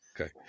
Okay